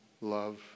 love